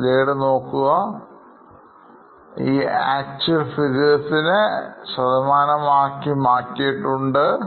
ഇനി actual figures ശതമാനമാക്കി മാറ്റാവുന്നതാണ്